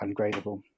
ungradable